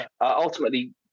Ultimately